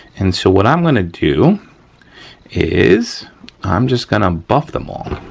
and so what i'm gonna do is i'm just gonna buff them all.